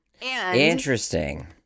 Interesting